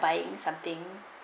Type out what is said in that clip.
buy something